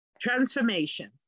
Transformation